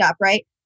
right